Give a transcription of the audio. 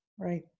Right